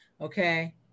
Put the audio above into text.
Okay